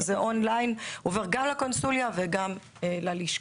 זה עובר און ליין גם לקונסוליה וגם ללשכה.